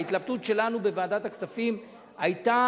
ההתלבטות שלנו בוועדת הכספים היתה